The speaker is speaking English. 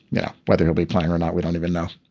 yeah, whether he'll be playing or not, we don't even know.